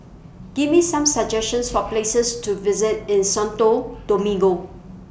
Give Me Some suggestions For Places to visit in Santo Domingo